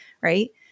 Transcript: Right